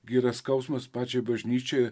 yra skausmas pačiai bažnyčiai